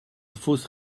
fausses